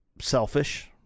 selfish